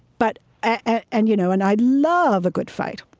but ah and you know and i love a good fight,